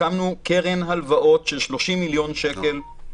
קרן הלוואות של 30 מיליון שקל.